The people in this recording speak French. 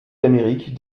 d’amérique